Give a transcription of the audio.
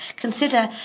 Consider